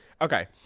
Okay